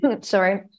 sorry